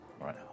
right